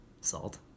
Salt